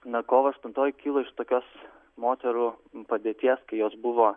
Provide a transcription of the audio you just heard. na kovo aštuntoji kyla iš tokios moterų padėties kai jos buvo